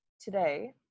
today